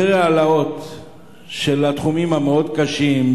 אחרי העלאות מחירים בתחומים מאוד קשים,